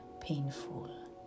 painful